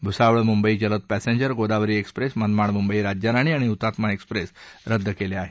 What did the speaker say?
भुसावळ मुंबई जलद पर्स्क्रिर गोदावरी एक्सप्रेस मनमाड मुंबई राज्यराणी आणि हुतात्मा एक्सप्रेस रद्द केल्या आहेत